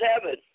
Seven